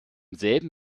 selben